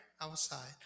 outside